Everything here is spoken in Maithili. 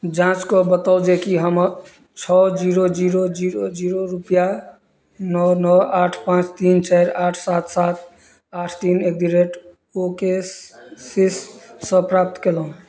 जाँच कऽ बताउ जेकि हम छओ जीरो जीरो जीरो जीरो रुपैआ नओ नओ आठ पाँच तीन चारि आठ सात सात आठ तीन एट द रेट ओके सीससँ प्राप्त कएलहुँ